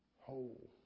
whole